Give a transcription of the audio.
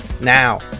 now